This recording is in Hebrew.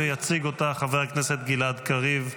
ויציג אותה חבר הכנסת גלעד קריב.